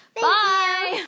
Bye